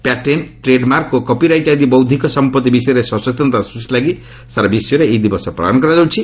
patent trademark ଓ copyright ଆଦି ବୌଦ୍ଧିକ ସମ୍ପତ୍ତି ବିଷୟରେ ସଚେତନତା ସ୍ହିଷ୍ଟି ଲାଗି ସାରା ବିଶ୍ୱରେ ଏହି ଦିବସ ପାଳନ କରାଯାଉଛି